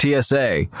TSA